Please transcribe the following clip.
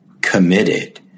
committed